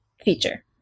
feature